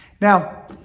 Now